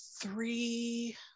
three